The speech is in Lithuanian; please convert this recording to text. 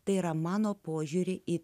tai yra mano požiūrį į